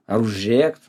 ar užrėkt